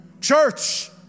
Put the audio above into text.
Church